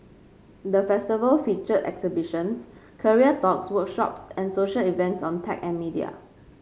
the Festival featured exhibitions career talks workshops and social events on tech and media